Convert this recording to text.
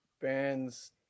bands